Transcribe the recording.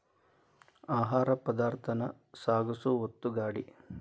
ಆಹಾರ ಪದಾರ್ಥಾನ ಸಾಗಸು ಒತ್ತುಗಾಡಿ